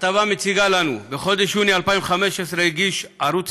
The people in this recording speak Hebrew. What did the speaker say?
הכתבה מציגה לנו: בחודש יוני 2015 הגיש ערוץ